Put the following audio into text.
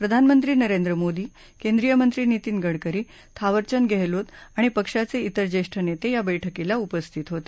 प्रधानमंत्री नरेंद्र मोदी केंद्रीय मंत्री नितीन गडकरी थावरचंद गहलोत आणि पक्षाचे इतर ज्येष्ठ नेते या बैठकीला उपस्थित होते